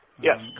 yes